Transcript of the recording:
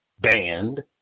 band